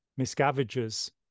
Miscavige's